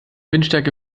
windstärke